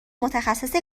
متخصص